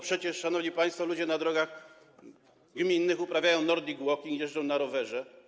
Przecież, szanowni państwo, ludzie na drogach gminnych uprawiają nordic walking i jeżdżą na rowerze.